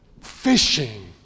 fishing